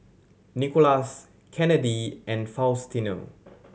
Nikolas Kennedi and Faustino